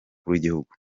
w’igihugu